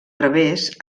revés